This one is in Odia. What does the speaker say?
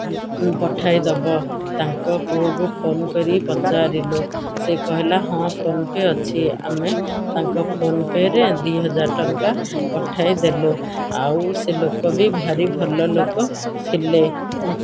ପଠାଇ ଦବ ତାଙ୍କ ପୁଅକୁ ଫୋନ୍ କରି ପଚାରିଲୁ ସେ କହିଲା ହଁ ଫୋନ୍ପେ ଅଛି ଆମେ ତାଙ୍କ ଫୋନ୍ପେରେ ଦୁଇ ହଜାର ଟଙ୍କା ପଠାଇଦେଲୁ ଆଉ ସେ ଲୋକ ବି ଭାରି ଭଲ ଲୋକ ଥିଲେ